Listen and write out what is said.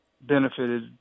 benefited